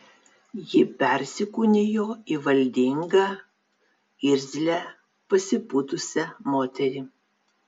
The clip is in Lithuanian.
ji persikūnijo į valdingą irzlią pasipūtusią moterį